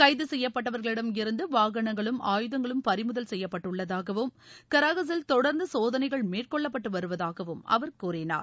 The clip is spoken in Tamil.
கைது செய்யப்பட்டவர்களிடமிருந்து வாகனங்களும் ஆயுதங்களும் பறிமுதல் செய்யப்பட்டுள்ளதாகவும் கராகசில் தொடர்ந்து சோதனைகள் மேற்கொள்ளப்பட்டு வருவதாகவும் அவர் கூறினார்